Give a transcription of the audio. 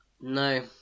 No